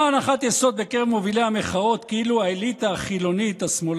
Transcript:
אני קובע שהחלטת הממשלה בדבר העברת סמכויות